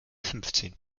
fünfzehn